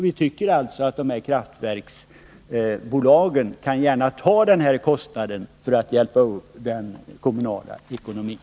Vi tycker alltså att kraftverksbolagen gärna kan ta den här kostnaden för att hjälpa upp den kommunala ekonomin.